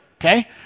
okay